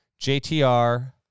JTR